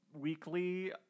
weekly